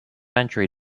entry